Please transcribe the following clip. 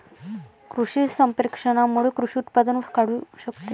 कृषी संप्रेषणामुळे कृषी उत्पादन वाढू शकते